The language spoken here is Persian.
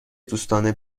دوستانه